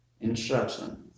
instruction